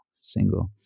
single